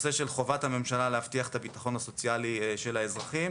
הנושא של חובת הממשלה להבטיח את הביטחון הסוציאלי של האזרחים,